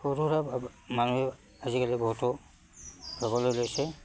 সৰু সুৰা মানুহে আজিকালি বহুতো ল'বলৈ লৈছে